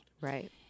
Right